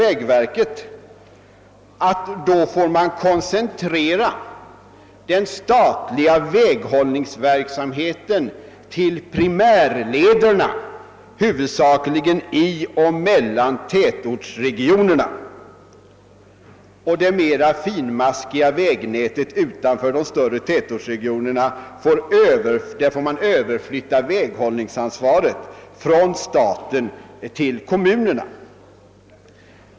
Vägverket menar att den statliga väghållningsverksamheten då får koncentreras till primärlederna, huvudsakligen i och mellan tätortsregionerna, medan för det mera finmaskiga vägnätet utanför de större tätortsregionerna väghållningsansvaret får överflyttas från staten till kommunerna.